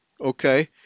okay